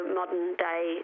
modern-day